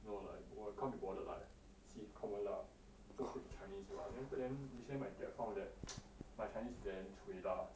know like !wah! can't be bothered lah C is common lah who speak chinese lah then recently my dad found that my chinese is damn cui lah